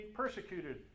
persecuted